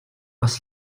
бас